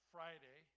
Friday